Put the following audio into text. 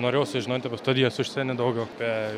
norėjau sužinoti apie studijas užsienyje daugiau apie